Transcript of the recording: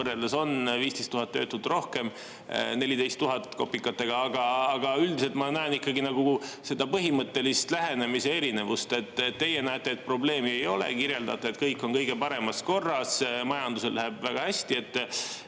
võrreldes on [ligi] 15 000 töötut rohkem, 14 000 kopikatega. Aga üldiselt ma näen ikkagi põhimõttelist lähenemise erinevust. Teie näete, et probleemi ei ole, kirjeldate, et kõik on kõige paremas korras, majandusel läheb väga hästi.